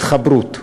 התחברות.